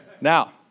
Now